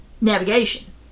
navigation